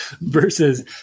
versus